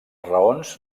raons